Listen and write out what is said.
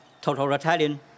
totalitarian